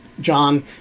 John